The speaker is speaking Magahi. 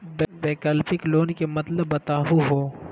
वैकल्पिक लोन के मतलब बताहु हो?